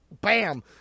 bam